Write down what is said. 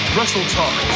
WrestleTalk